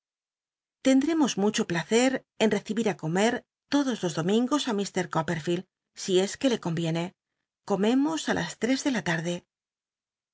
tendremos mucho placct en rcl'ibir i comer lodos los domingos á h coppcrlield si es que le conviene comemos á las tres de la larde